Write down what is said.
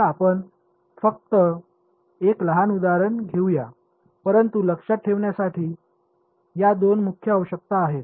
तर आपण फक्त एक लहान उदाहरण घेऊया परंतु लक्षात ठेवण्यासाठी या दोन मुख्य आवश्यकता आहेत